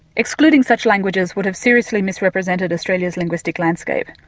excluding such languages would have seriously misrepresented australia's linguistic landscape.